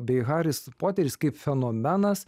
bei haris poteris kaip fenomenas